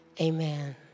amen